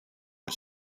his